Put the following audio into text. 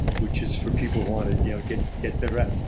which is for people who want to you know get get better ab.